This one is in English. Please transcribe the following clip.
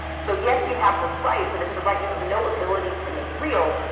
so yes, you have this right, but it's a right you have no ability to make real,